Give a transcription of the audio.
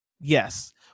Yes